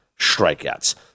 strikeouts